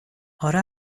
اره